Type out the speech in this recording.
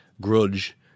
grudge